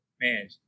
man